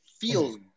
feels